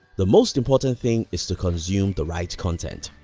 the most important thing is to consume the right content.